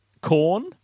corn